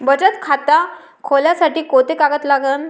बचत खात खोलासाठी कोंते कागद लागन?